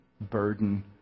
burden